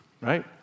right